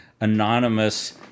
anonymous